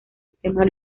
sistema